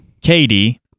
Katie